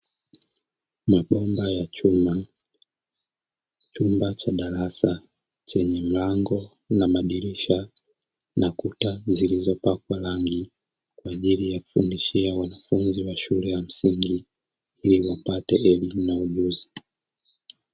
Miundo ya chuma, chumba cha darasa chenye mlango na madirisha na kuta zilizopakwa rangi kwa ajili ya kufundishia wanafunzi wa shule ya msingi ili wapate elimu na ujuzi.